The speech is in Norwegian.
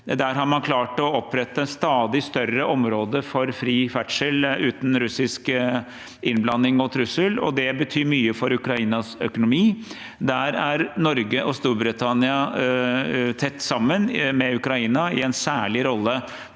Der har man klart å opprette et stadig større område for fri ferdsel uten russisk innblanding og trussel, og det betyr mye for Ukrainas økonomi. Der har Norge og Storbritannia – tett sammen med Ukraina – en særlig rolle